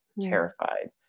terrified